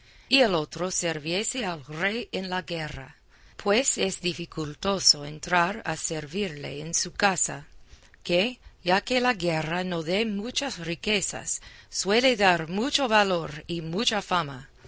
y el otro sirviese al rey en la guerra pues es dificultoso entrar a servirle en su casa que ya que la guerra no dé muchas riquezas suele dar mucho valor y mucha fama